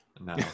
No